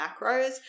macros